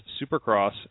Supercross